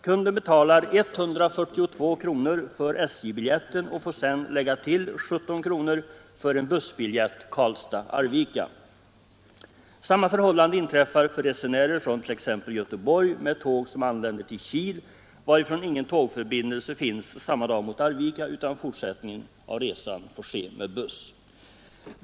Kunden betalar 142 kronor för SJ-biljetten och får sedan lägga till 17 kronor för bussbiljett Karlstad—Arvika. Samma blir förhållandet för resenärer från t.ex. Göteborg med tåg som anländer till Kil, varifrån ingen tågförbindelse finns samma dag mot Arvika, utan fortsättningen av resan får ske med buss.